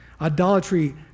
Idolatry